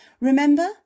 Remember